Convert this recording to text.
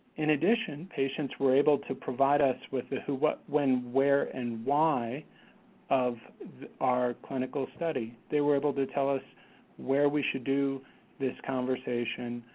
in addition, patients were able to provide us with the who, what, when, where, and why of our clinical study. they were able to tell us where we should do this conversation,